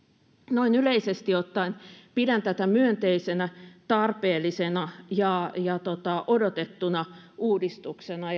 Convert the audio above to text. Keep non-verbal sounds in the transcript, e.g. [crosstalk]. noin yleisesti ottaen pidän tätä myönteisenä tarpeellisena ja odotettuna uudistuksena [unintelligible]